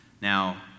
Now